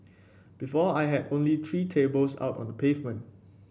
before I had only three tables out on the pavement